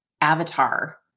avatar